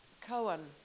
Cohen